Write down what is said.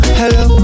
hello